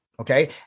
Okay